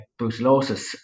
brucellosis